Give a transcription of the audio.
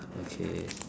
okay